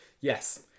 Yes